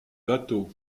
bateaux